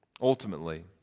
ultimately